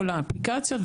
כל האפליקציות,